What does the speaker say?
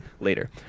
later